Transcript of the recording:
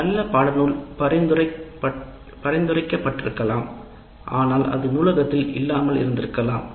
நல்ல பாடநூல் பரிந்துரைக்கப்பட்டிருக்கலாம் ஆனால் அது நூலகத்தில் இல்லாமல் இருந்திருக்கலாம்